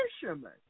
fisherman